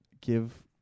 give